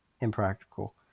impractical